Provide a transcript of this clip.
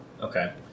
Okay